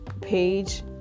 page